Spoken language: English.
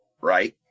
right